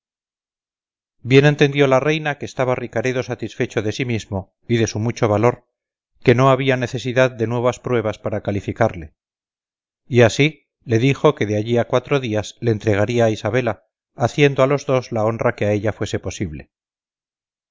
bien entendió la reina que estaba ricaredo satisfecho de sí mismo y de su mucho valor que no había necesidad de nuevas pruebas para calificarle y así le dijo que de allí a cuatro días le entregaría a isabela haciendo a los dos la honra que a ella fuese posible